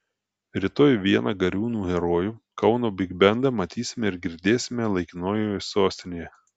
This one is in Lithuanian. rytoj vieną gariūnų herojų kauno bigbendą matysime ir girdėsime laikinojoje sostinėje